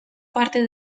parte